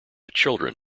children